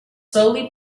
slowly